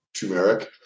turmeric